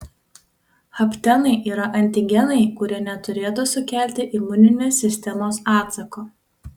haptenai yra antigenai kurie neturėtų sukelti imuninės sistemos atsako